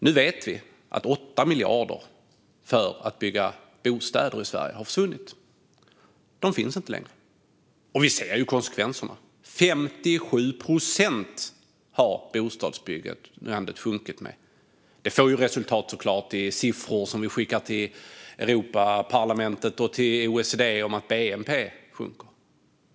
Nu vet vi att 8 miljarder för att bygga bostäder i Sverige har försvunnit. De finns inte längre. Och vi ser konsekvenserna. Bostadsbyggandet har sjunkit med 57 procent. Det får såklart resultat i form av siffror som vi skickar till Europaparlamentet och till OECD om att bnp sjunker.